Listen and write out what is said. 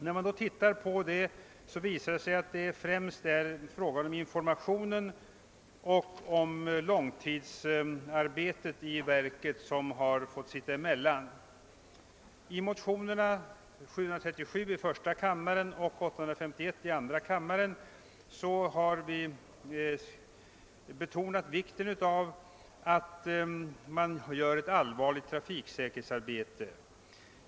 När man gör det visar det sig, att det främst är informationen och långtidsarbetet i verket som har fått sitta emellan. I motionerna 1:737 och II:851 har vi betonat vikten av ett allvarligt trafiksäkerhetsarbete.